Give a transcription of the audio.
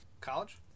College